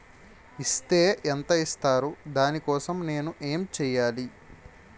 Is తే ఎంత ఇస్తారు దాని కోసం నేను ఎంచ్యేయాలి?